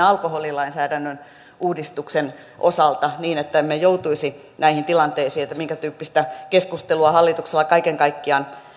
alkoholilainsäädännön uudistuksen osalta niin että emme joutuisi näihin tilanteisiin minkätyyppistä keskustelua hallituksella kaiken kaikkiaan